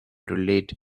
relate